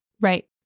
Right